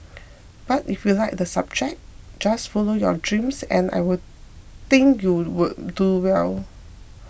but if you like the subject just follow your dreams and I will think you'll do well